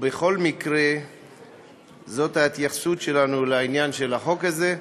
ובכל מקרה זאת ההתייחסות שלנו לעניין של החוק הזה.